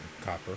copper